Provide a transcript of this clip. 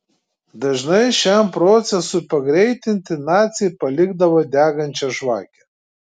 dažnai šiam procesui pagreitinti naciai palikdavo degančią žvakę